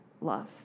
love